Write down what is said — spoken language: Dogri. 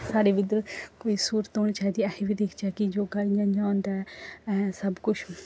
साढ़े बी इद्धर कोई स्हूरत होनी चाहिदी ऐ अस बी दिखचै कि योग इ'यां इ'या होंदा ऐ हैं सब कुछ